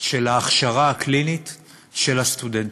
של ההכשרה הקלינית של הסטודנטים.